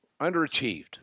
underachieved